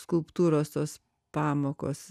skulptūros tos pamokos